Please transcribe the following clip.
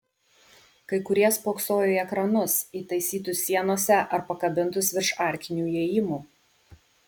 kai kurie spoksojo į ekranus įtaisytus sienose ar pakabintus virš arkinių įėjimų